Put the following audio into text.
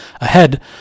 ahead